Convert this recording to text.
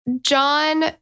john